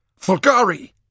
Fulgari